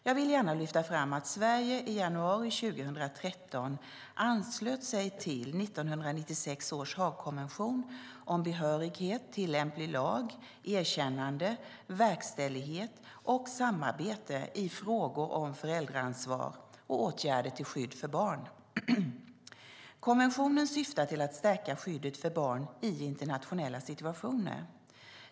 Jag vill gärna lyfta fram att Sverige i januari 2013 anslöt sig till 1996 års Haagkonvention om behörighet, tillämplig lag, erkännande, verkställighet och samarbete i frågor om föräldraansvar och åtgärder till skydd för barn. Konventionen syftar till att stärka skyddet för barn i internationella situationer.